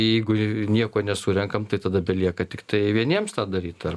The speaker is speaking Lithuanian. jeigu nieko nesurenkam tai tada belieka tiktai vieniems tą daryti ar